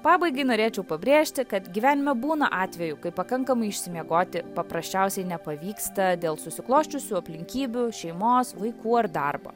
pabaigai norėčiau pabrėžti kad gyvenime būna atvejų kai pakankamai išsimiegoti paprasčiausiai nepavyksta dėl susiklosčiusių aplinkybių šeimos vaikų ar darbo